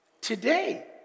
today